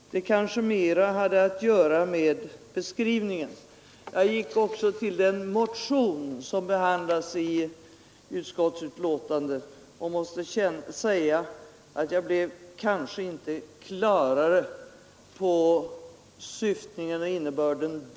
Det kanske mera hade att göra med skrivningen. Jag gick också till den motion som behandlas i detta betänkande, och jag måste säga att jag nog inte blev mer på det klara med syftet och innebörden av motionen.